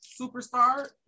superstar